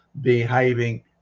behaving